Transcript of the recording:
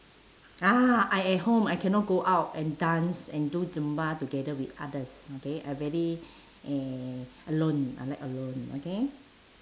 ah I at home I cannot go out and dance and do zumba together with others okay I very eh alone I like alone okay